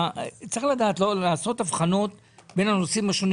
צריך לדעת לעשות הבחנות בין הנושאים השונים